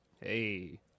Hey